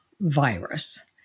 virus